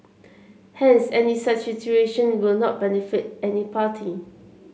hence any such situation will not benefit any party